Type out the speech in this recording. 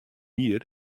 jier